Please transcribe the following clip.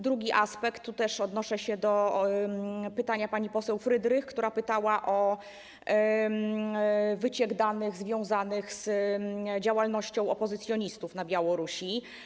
Drugi aspekt - tu też odnoszę się do pytania pani poseł Frydrych, która pytała o wyciek danych związanych z działalnością opozycjonistów na Białorusi.